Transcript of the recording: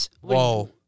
Whoa